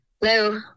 Hello